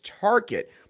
target